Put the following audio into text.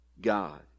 God